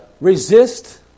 resist